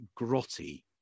grotty